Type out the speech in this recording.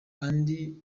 andi